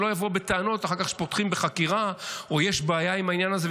שלא יבוא בטענות אחר כך שפותחים בחקירה או שיש בעיה עם העניין הזה,